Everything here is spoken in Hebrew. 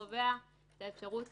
את האפשרות